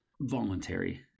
voluntary